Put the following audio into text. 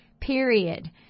Period